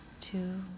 Two